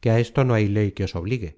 que á esto no hay ley que os obligue